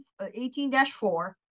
18-4